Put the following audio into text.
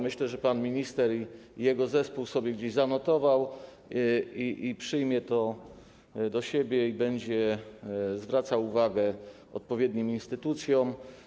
Myślę, że pan minister i jego zespół gdzieś to sobie zanotował, weźmie to do siebie i będzie zwracał uwagę odpowiednim instytucjom.